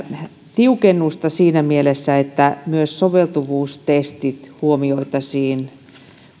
tiukennusta siinä mielessä että myös soveltuvuustestit huomioitaisiin